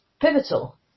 pivotal